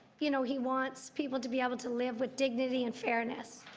you know, he wants people to be able to live with dignity and fairness,